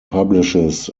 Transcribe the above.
publishes